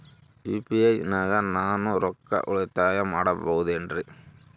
UPI ನಾಗ ನಾನು ರೊಕ್ಕ ಉಳಿತಾಯ ಮಾಡಬಹುದೇನ್ರಿ?